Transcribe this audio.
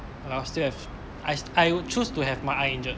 if I was still at f~ I I would choose to have my eye injured